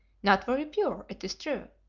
not very pure, it is true,